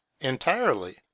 entirely